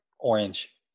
Orange